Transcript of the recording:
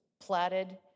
platted